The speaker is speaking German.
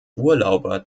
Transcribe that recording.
urlauber